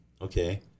Okay